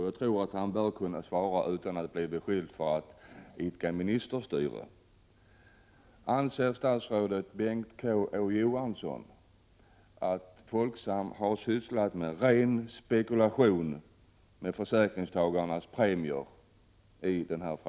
Jag tror att man bör kunna svara utan att bli beskylld för att idka ministerstyre: Anser statsrådet Bengt K Å Johansson att Folksam har sysslat med ren spekulation med försäkringstagarnas premier?